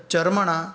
चर्मणा